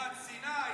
תמורת סיני,